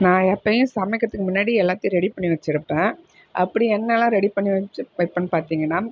நான் எப்போயும் சமைக்கிறதுக்கு முன்னாடி எல்லாத்தையும் ரெடி பண்ணி வச்சுருப்பேன் அப்படி என்னலாம் ரெடி பண்ணி வச்சு வைப்பேன்னு பார்த்தீங்கன்னா